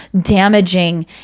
damaging